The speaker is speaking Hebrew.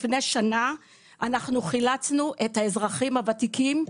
לפני שנה אנחנו חילצנו את האזרחים הוותיקים,